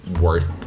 worth